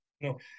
no